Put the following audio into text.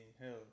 hell